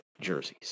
jerseys